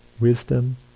wisdom